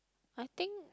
I think